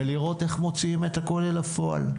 ולראות איך מוציאים את הכול אל הפועל.